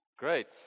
Great